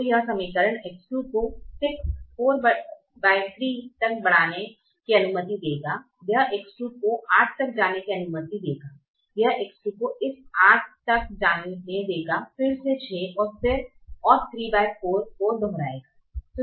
तो यह समीकरण X2 को 6 43 तक बढ़ाने की अनुमति देगा यह X2 को 8 तक जाने की अनुमति देगा यह X2 को इस 8 तक जाने देगा फिर से 6 और 34 को दोहराएगा